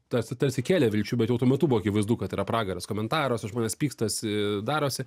tarsi tarsi kėlė vilčių bet jau tuo metu buvo akivaizdu kad yra pragaras komentaruose žmonės pykstasi darosi